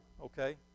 okay